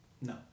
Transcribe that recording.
No